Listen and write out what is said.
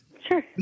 Sure